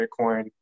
Bitcoin